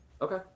okay